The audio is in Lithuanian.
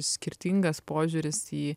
skirtingas požiūris į